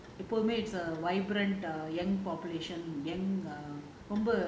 in india people make vibrant population